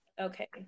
Okay